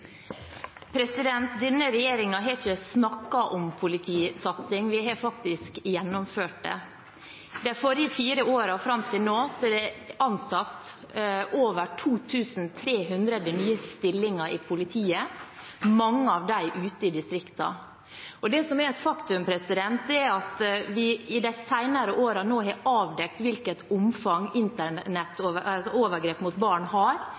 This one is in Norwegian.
Denne regjeringen har ikke snakket om politisatsing, den har faktisk gjennomført det. De forrige fire årene og fram til nå er det blitt over 2 300 nye stillinger i politiet, mange av dem ute i distriktene. Det som er et faktum, er at vi i de senere årene har avdekket hvilket omfang overgrep mot barn har,